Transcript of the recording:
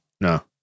No